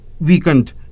weakened